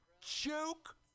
Joke